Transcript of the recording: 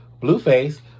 Blueface